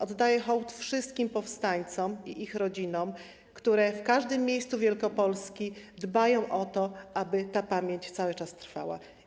Oddaję hołd wszystkim powstańcom i ich rodzinom, które w każdym miejscu Wielkopolski dbają o to, aby ta pamięć cały czas trwała.